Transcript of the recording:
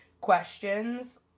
questions